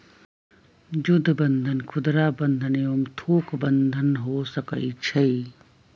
जुद्ध बन्धन खुदरा बंधन एवं थोक बन्धन हो सकइ छइ